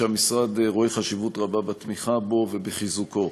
המשרד רואה חשיבות רבה בתמיכה בו ובחיזוקו.